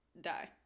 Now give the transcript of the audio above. die